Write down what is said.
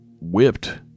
whipped